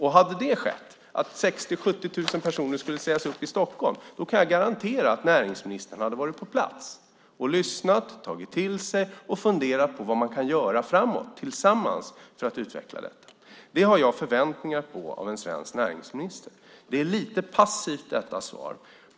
Skulle 70 000 personer sägas upp i Stockholm kan jag garantera att näringsministern skulle ha varit på plats och lyssnat, tagit till sig och funderat på vad man kan göra tillsammans för att utveckla detta. Det förväntar jag mig av en svensk näringsminister. Svaret är lite passivt.